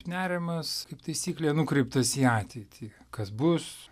nerimas kaip taisyklė nukreiptas į ateitį kas bus